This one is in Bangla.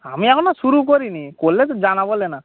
আমি এখনো শুরু করি নি করলে তো জানাবো লেনা